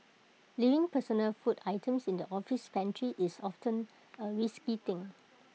leaving personal food items in the office pantry is often A risky thing